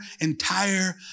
entire